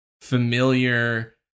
familiar